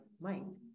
mind